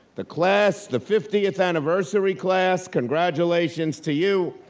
the class, the fiftieth anniversary class, congratulations to you,